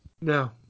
No